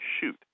shoot